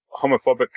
homophobic